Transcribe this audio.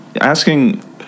asking